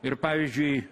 ir pavyzdžiui